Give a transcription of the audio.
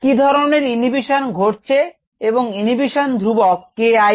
কি ধরনের ইনহিবিশন ঘটছে এবং ইনহিবিশন ধ্রুবক k I